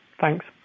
Thanks